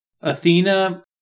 Athena